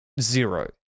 zero